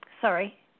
Sorry